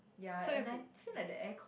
ya and I feel like the aircon